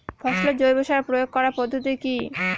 ফসলে জৈব সার প্রয়োগ করার পদ্ধতি কি?